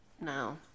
no